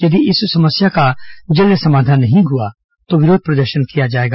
यदि इस का जल्द समाधान नहीं हुआ तो विरोध प्रदर्शन किया जाएगा